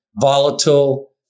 volatile